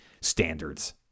standards